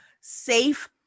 safe